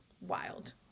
wild